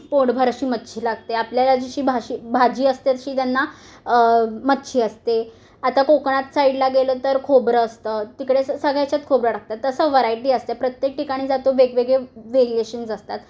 पोटभर अशी मच्छी लागते आपल्याला जशी भाषी भाजी असते तशी त्यांना मच्छी असते आता कोकणात साईडला गेलं तर खोबरं असतं तिकडे स सगळ्या याच्यात खोबरं टाकतात तसं वरायटी असते प्रत्येक ठिकाणी जातो वेगवेगळे व्हेरिएशन्स असतात